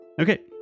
Okay